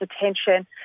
attention